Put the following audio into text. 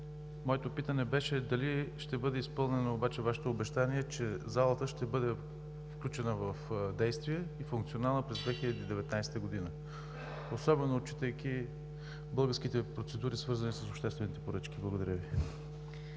Моето питане беше дали ще бъде изпълнено Вашето обещание, че залата ще бъде включена в действие и ще бъде ли функционална през 2019 г., особено отчитайки българските процедури, свързани с обществените поръчки? Благодаря Ви.